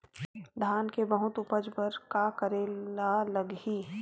धान के बहुत उपज बर का करेला लगही?